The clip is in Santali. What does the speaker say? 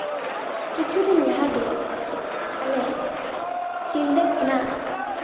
ᱠᱤᱪᱷᱩ ᱫᱤᱱ ᱞᱟᱦᱟᱜᱮ ᱟᱞᱮ ᱥᱤᱞᱫᱟᱹ ᱠᱷᱚᱱᱟᱜ